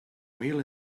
meal